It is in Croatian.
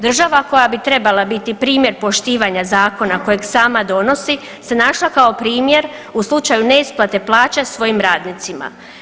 Država koja bi trebala biti primjer poštivanja zakona kojeg sama donosi se našla kao primjer u slučaju neisplate plaće svojim radnicima.